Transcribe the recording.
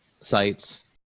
sites